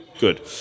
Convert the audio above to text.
good